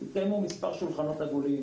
מספר שולחנות עגולים